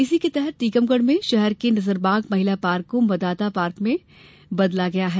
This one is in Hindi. इसी के तहत टीकमगढ में शहर के नजरबाग महिला पार्क को मतदाता पार्क में बदला गया है